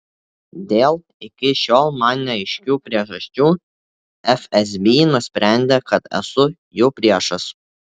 dėl iki šiol man neaiškių priežasčių fsb nusprendė kad esu jų priešas